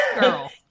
Girl